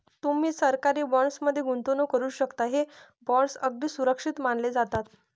तुम्ही सरकारी बॉण्ड्स मध्ये गुंतवणूक करू शकता, हे बॉण्ड्स अगदी सुरक्षित मानले जातात